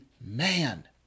man